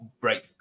right